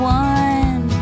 one